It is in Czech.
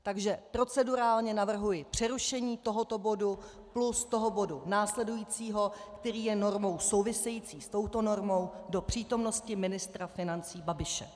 Takže procedurálně navrhuji přerušení tohoto bodu plus bodu následujícího, který je normou související s touto normou, do přítomnosti ministra financí Babiše.